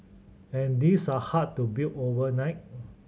and these are hard to build overnight